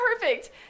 perfect